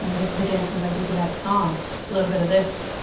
this is the dance move i do to that song, a little bit of this.